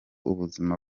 ubuzima